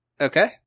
Okay